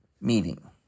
meeting